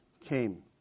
came